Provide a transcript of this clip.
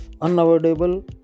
Unavoidable